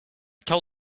told